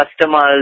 customers